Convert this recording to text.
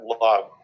love